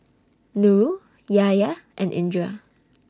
Nurul Yahya and Indra